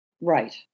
Right